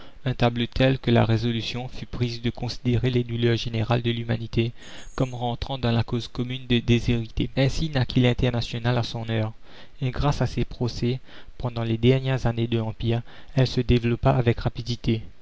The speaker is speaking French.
un tableau tel que la résolution fut prise de considérer les douleurs générales de l'humanité comme rentrant dans la cause commune des déshérités ainsi naquit l'internationale à son heure et grâce à ses procès pendant les dernières années de l'empire elle se développa avec rapidité